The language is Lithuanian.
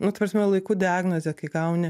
nu ta prasme laiku diagnozę kai gauni